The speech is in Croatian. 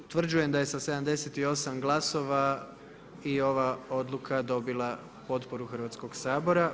Utvrđujem da je sa 78 glasova i ova odluka dobila potporu Hrvatskoga sabora.